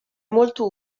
molto